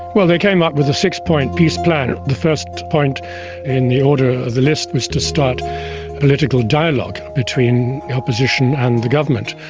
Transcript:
well, they came up with a six-point peace plan. the first point in the order of the list was to start political dialogue between the opposition and the government,